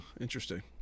interesting